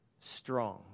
strong